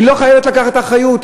היא לא חייבת לקחת אחריות,